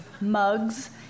mugs